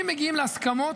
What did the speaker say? אם מגיעים להסכמות,